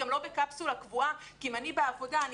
היא גם לא בקפסולה קבועה כי אם אני בעבודה אני